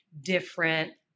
different